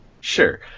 Sure